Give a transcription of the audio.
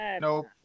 nope